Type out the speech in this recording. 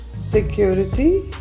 security